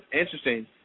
interesting